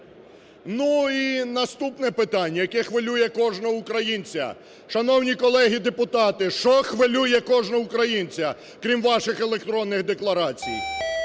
Ну, і наступне питання, яке хвилює кожного українця. Шановні колеги депутати, що хвилює кожного українця, крім ваших електронних декларацій?